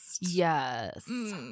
Yes